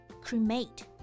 Cremate